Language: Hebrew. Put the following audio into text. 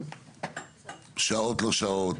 שעות לא-שעות,